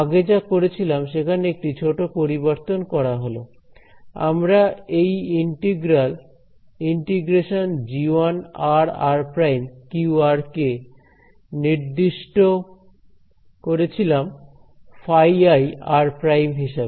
আগে যা করেছিলাম সেখানে একটি ছোট পরিবর্তন করা হল আমরা এই ইন্টিগ্রাল ∫ g1r r′q কে নির্দিষ্ট করেছিলাম φi r ′ হিসেবে